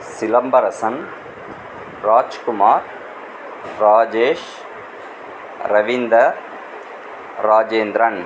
Silambarasan Rajkumar Rajesh Ravinder Rajendran